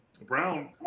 Brown